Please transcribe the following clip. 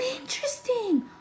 interesting